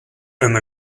and